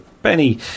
Benny